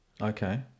Okay